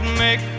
make